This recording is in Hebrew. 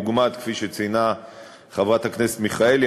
דוגמת כפי שציינה חברת הכנסת מיכאלי,